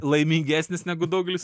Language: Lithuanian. laimingesnis negu daugelis